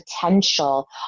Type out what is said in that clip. potential